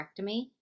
hysterectomy